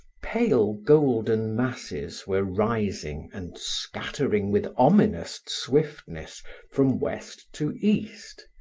pale golden masses were rising and scattering with ominous swiftness from west to east,